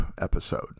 episode